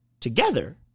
together